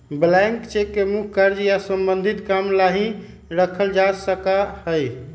blank cheque के मुख्य कार्य या सम्बन्धित काम ला ही रखा जा सका हई